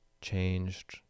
changed